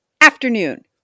afternoon